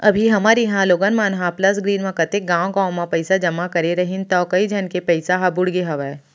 अभी हमर इहॉं लोगन मन ह प्लस ग्रीन म कतेक गॉंव गॉंव म पइसा जमा करे रहिन तौ कइ झन के पइसा ह बुड़गे हवय